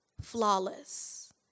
flawless